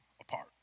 apart